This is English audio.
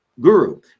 guru